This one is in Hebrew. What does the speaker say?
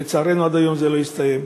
ולצערנו עד היום זה לא הסתיים.